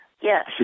Yes